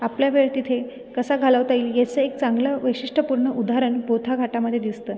आपला वेळ तिथे कसा घालवता येईल ह्याचे एक चांगलं वैशिष्ट्यपूर्ण उदाहरण बोथा घाटामधे दिसतं